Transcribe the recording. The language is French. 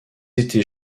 étés